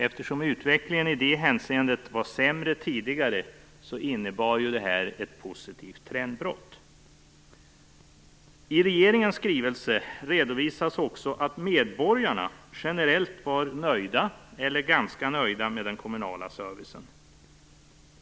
Eftersom utvecklingen i det hänseendet varit sämre tidigare innebar det ett trendbrott. I regeringens skrivelse redovisas också att medborgarna generellt var nöjda eller ganska nöjda med den kommunala servicen.